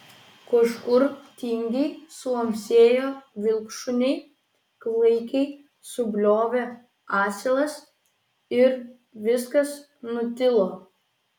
kažkur tingiai suamsėjo vilkšuniai klaikiai subliovė asilas ir viskas nutilo